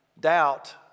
Doubt